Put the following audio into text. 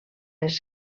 les